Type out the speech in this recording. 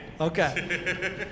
Okay